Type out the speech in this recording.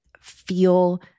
feel